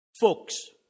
Folks